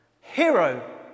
Hero